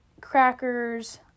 crackers